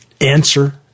Answer